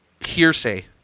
hearsay